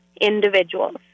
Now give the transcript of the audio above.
individuals